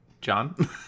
John